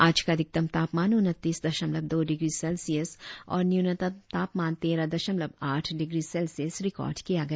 आज का अधिकतम तापमान उनतीस दशमलव दो डिग्री सेल्सियस और न्यूनतम तापमान तेरह दशमलव आठ डिग्री सेल्सियस रिकार्ड किया गया